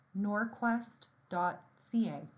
norquest.ca